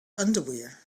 underwear